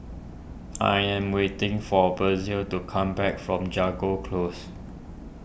I am waiting for Bessie to come back from Jago Close